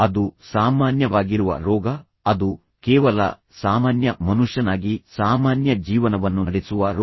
ಅದು ಸಾಮಾನ್ಯವಾಗಿರುವ ರೋಗ ಅದು ಕೇವಲ ಸಾಮಾನ್ಯ ಮನುಷ್ಯನಾಗಿ ಸಾಮಾನ್ಯ ಜೀವನವನ್ನು ನಡೆಸುವ ರೋಗ